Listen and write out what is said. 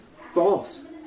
false